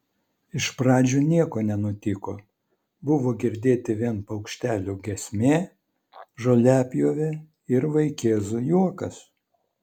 iš pradžių nieko nenutiko buvo girdėti vien paukštelių giesmė žoliapjovė ir vaikėzų juokas